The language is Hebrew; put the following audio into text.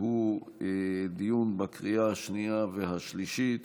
והוא דיון לקריאה השנייה והשלישית